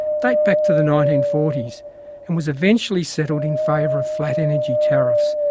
date back to the nineteen forty s and was eventually settled in favour of flat energy tariffs,